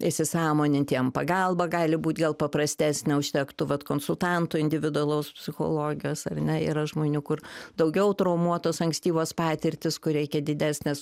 įsisąmonint jiem pagalba gali būt gal paprastesnė užtektų vat konsultanto individualaus psichologijos ar ne yra žmonių kur daugiau traumuotos ankstyvos patirtys kur reikia didesnės